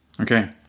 Okay